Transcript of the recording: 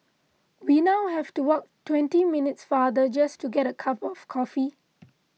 we now have to walk twenty minutes farther just to get a cup of coffee